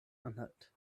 anhalt